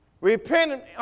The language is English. Repent